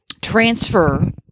transfer